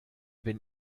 bin